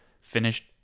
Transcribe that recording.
finished